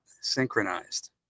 synchronized